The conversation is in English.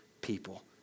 people